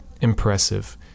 impressive